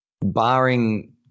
barring